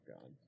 god